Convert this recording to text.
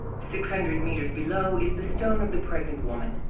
six hundred meters below is the stone of the pregnant woman.